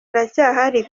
iracyahari